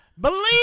Believe